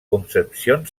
concepción